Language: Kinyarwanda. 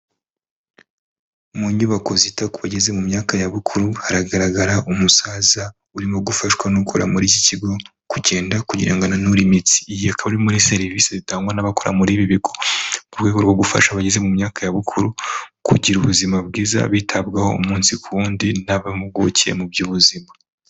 Mu nyubako zita ku bageze mu myaka ya bukuru haragaragara umusaza urimo gufashwa n'ukora muri iki kigo kugenda kugira ngo ananure imitsi. Iyi ikaba ari imwe muri serivisi zitangwa n'abakora muri ibi bigo mu rwego rwo gufasha abageze mu myaka ya bukuru kugira ubuzima bwiza, bitabwaho umunsi ku wundi n'ab'impuguke mu by'ubuzima.